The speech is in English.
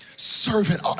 servant